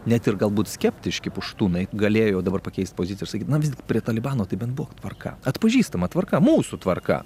net ir galbūt skeptiški puštūnai galėjo dabar pakeist poziciją ir sakyt na visgi prie talibano tai bent buvo tvarka atpažįstama tvarka mūsų tvarka